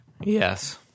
Yes